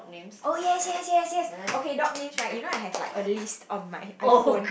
oh yes yes yes yes okay dog names right you know I have like a list on my iPhone